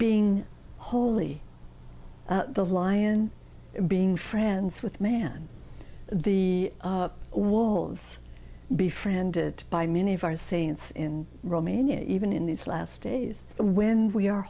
being holy the lion being friends with man the walls be friended by many of our saints in romania even in these last days when we are